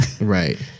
right